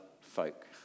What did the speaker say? folk